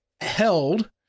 held